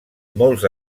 molts